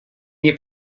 nie